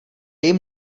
jím